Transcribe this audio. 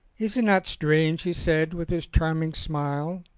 is it not strange, he said, with his charming smile,